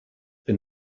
been